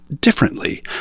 differently